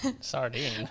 Sardine